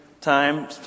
time